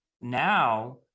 now